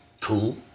Cool